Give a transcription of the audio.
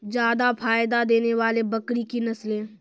जादा फायदा देने वाले बकरी की नसले?